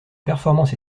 performances